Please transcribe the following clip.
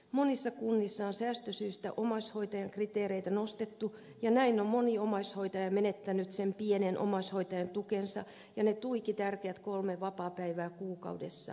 monissa kunnissa on säästösyistä omaishoitajan kriteereitä nostettu ja näin on moni omaishoitaja menettänyt sen pienen omaishoidon tukensa ja ne tuiki tärkeät kolme vapaapäivää kuukaudessa